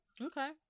Okay